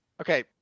Okay